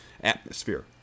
atmosphere